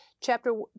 chapter